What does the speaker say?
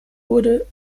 wurde